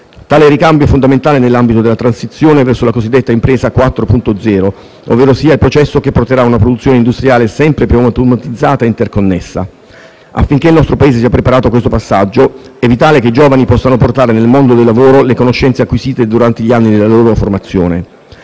Tale ricambio è fondamentale nell'ambito della transizione verso la cosiddetta Impresa 4.0, ovverosia il processo che porterà ad una produzione industriale sempre più automatizzata e interconnessa. Affinché il nostro Paese sia preparato a questo passaggio, è vitale che i giovani possano portare nel mondo del lavoro le conoscenze acquisite durante gli anni della loro formazione.